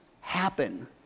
happen